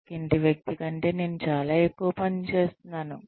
పక్కింటి వ్యక్తి కంటే నేను చాలా ఎక్కువ పనిని చేస్తున్నాను